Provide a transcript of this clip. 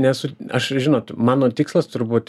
nesu aš žinot mano tikslas turbūt